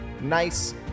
nice